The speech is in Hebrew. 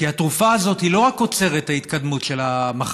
כי התרופה הזאת לא רק עוצרת את ההתקדמות של המחלה,